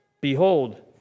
Behold